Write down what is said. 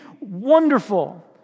wonderful